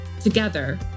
Together